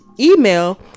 Email